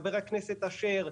חבר הכנסת אשר,